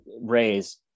raise